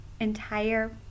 entire